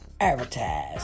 advertise